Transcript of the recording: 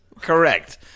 Correct